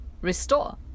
restore